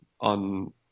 on